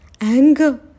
anger